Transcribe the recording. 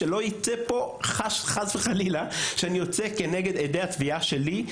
ולא יצא פה חס וחלילה שאני יוצא כנגד עדי התביעה שלי,